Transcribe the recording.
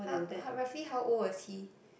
how how roughly how old was he